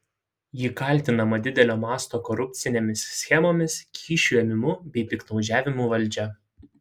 ji kaltinama didelio masto korupcinėmis schemomis kyšių ėmimu bei piktnaudžiavimu valdžia